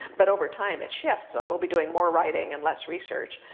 but over time it shifts, so i will be doing more writing and less research.